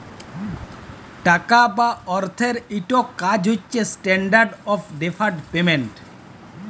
টাকা বা অথ্থের ইকট কাজ হছে ইস্ট্যান্ডার্ড অফ ডেফার্ড পেমেল্ট